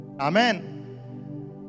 Amen